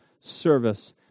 service